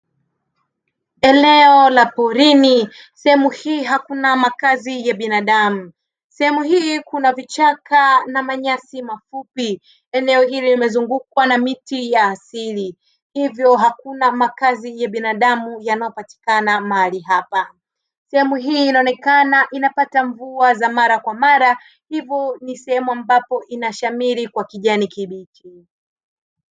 Eneo la porini sehemu hii hakuna makazi ya binadamu. Sehemu hii kuna vichaka na manyasi mafupi. eneo hili limezungukwa na miti ya asili hivyo hakuna makazi ya binadamu yanayopatikana mahali hapa. Sehemu hii inaonekana inapata mvua za mara kwa mara hivyo ni sehemu ambapo inashamiri kwa kijani kibichi.